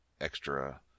extra